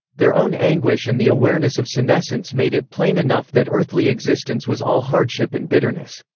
their own anguish and the awareness of senescence made it plain enough that earthly existence was all hardship and bitterness.